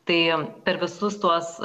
tai jiem per visus tuos